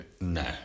no